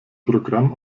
programm